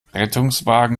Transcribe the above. rettungswagen